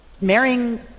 marrying